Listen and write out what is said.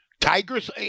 Tigers